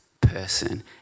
person